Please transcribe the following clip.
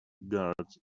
guards